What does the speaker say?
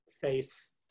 face